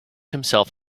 himself